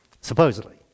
Supposedly